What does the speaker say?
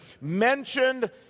mentioned